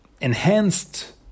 enhanced